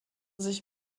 sich